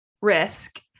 risk